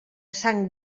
sant